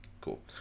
Cool